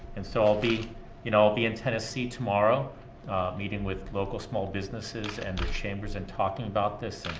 and so, i'll be you know, i'll be in tennessee tomorrow meeting with local small businesses and the chambers and talking about this.